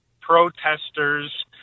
protesters